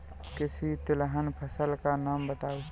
किसी तिलहन फसल का नाम बताओ